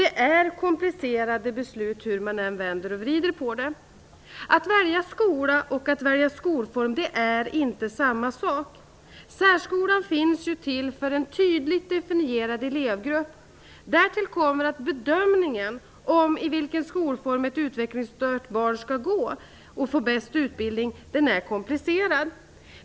Det är komplicerade beslut hur man än vänder och vrider på det. Att välja skola och att välja skolform är inte samma sak. Särskolan finns ju till för en tydligt definierad elevgrupp. Därtill kommer att bedömningen av i vilken skolform ett utvecklingsstört barn får bäst utbildning är komplicerad.